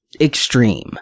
extreme